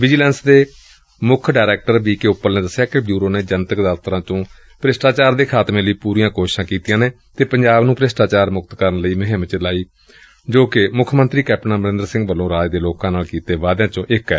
vigilance ਦੇ chief director B K Uppal ਨੇ ਦੱਸਿਆ ਕਿ ਬਿਓਰੋ ਨੇ ਜਨਤਕ ਦਫਤਰਾਂ ਤੋਂ ਭ੍ਸ਼ਟਾਚਾਰ ਦੇ ਖਾਤਮੇ ਲਈ ਪੂਰੀਆਂ ਕੋਸ਼ਿਸਾਂ ਕੀਤੀਆਂ ਅਤੇ ਪੰਜਾਬ ਨੂੰ ਭ੍ਸ਼ਟਾਚਾਰ ਮੁਕਤ ਕਰਨ ਲਈ ਮੁਹਿੰਮ ਚਲਾਈ ਜੋ ਕਿ ਮੁੱਖ ਮੰਤਰੀ ਕੈਪਟਨ ਅਮਰਿੰਦਰ ਸਿੰਘ ਵੱਲੋ ਰਾਜ ਦੇ ਲੋਕਾਂ ਨਾਲ ਕੀਤੇ ਵਾਅਦਿਆਂ ਵਿੱਚੋਂ ਇਕ ਏ